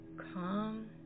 calm